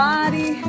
Body